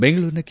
ಬೆಂಗಳೂರಿನ ಕೆ